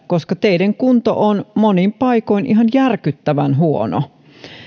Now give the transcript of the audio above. koska teiden kunto on monin paikoin ihan järkyttävän huono